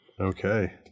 Okay